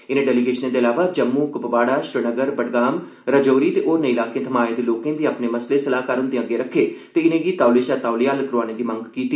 इनें डेलीगेशनें दे अलावा जम्मू कुपवाड़ा श्रीनगर बडगाम रजौरी ते होरनें इलाकें थमां आए दे लोकें बी अपने मसले सलाहकार हंदे अग्गे रक्खे ते इनेंगी तौले शा तौले हल करोआने दी मंग कीती